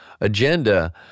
agenda